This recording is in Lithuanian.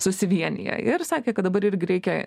susivieniję ir sakė kad dabar irgi reikia